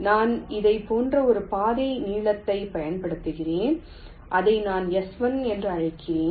நான் இதைப் போன்ற ஒரு பாதை நீளத்தைப் பயன்படுத்துகிறேன் அதை நான் S1 என்று அழைக்கிறேன்